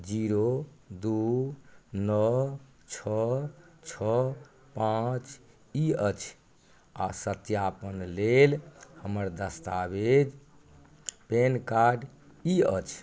zero दुइ नओ छओ छओ पाँच ई अछि आओर सत्यापन लेल हमर दस्तावेज पैन कार्ड ई अछि